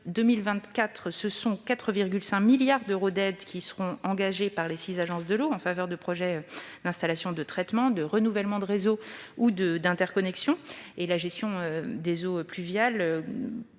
2019-2024, ce sont 4,5 milliards d'euros d'aides qui seront engagés par les six agences de l'eau en faveur de projets d'installation de traitement, de renouvellement de réseaux ou d'interconnexion. La gestion des eaux pluviales